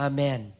Amen